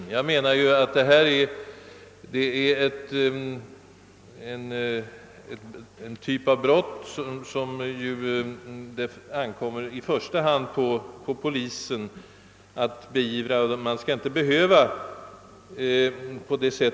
Enligt min mening är brott mot kyrkofriden en typ av brott, som det ankommer på polisen att på eget initiativ beivra. Detta brott fallera ju under allmänt åtal.